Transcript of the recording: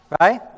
right